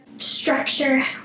structure